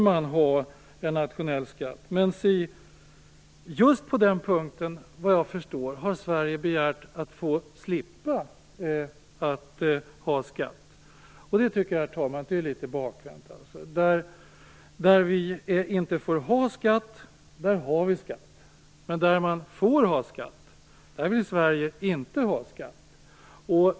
Men si, just på den punkten har Sverige begärt att få slippa att ha skatt. Jag tycker, herr talman, att det är bakvänt. Där vi inte får ha skatt har vi skatt, och där man får ha skatt vill Sverige inte skatt.